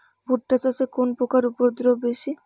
ভুট্টা চাষে কোন পোকার উপদ্রব বেশি?